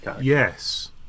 Yes